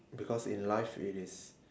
because in life it is